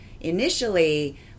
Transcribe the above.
initially